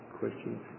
questions